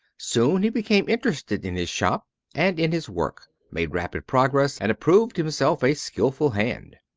soon he became interested in his shop and in his work, made rapid progress, and approved himself a skillful hand.